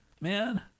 Man